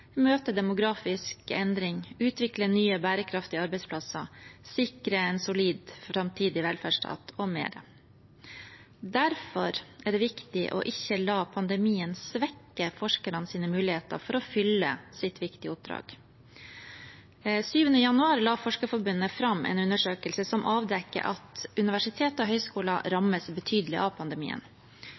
møte demografisk endring, utvikle nye, bærekraftige arbeidsplasser, sikre en solid framtidig velferdsstat m.m. Derfor er det viktig ikke å la pandemien svekke forskernes muligheter for å fylle sitt viktige oppdrag. Den 7. januar la Forskerforbundet fram en undersøkelse som avdekker at universiteter og høyskoler rammes betydelig av pandemien.